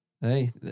Hey